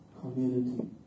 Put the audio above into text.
community